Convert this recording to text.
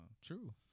True